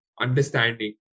understanding